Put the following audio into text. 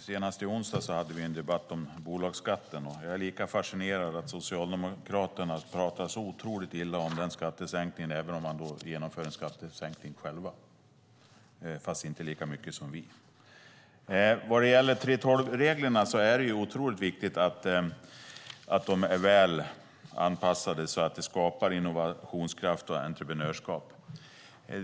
Senast i onsdags hade vi en debatt om bolagsskatten. Jag är fascinerad över att Socialdemokraterna pratar så otroligt illa om den skattesänkningen även om de själva genomför en skattesänkning, fast inte lika mycket som vi. Vad gäller 3:12-regler är det otroligt viktigt att de är väl anpassade, så att det skapar innovationskraft och entreprenörskap.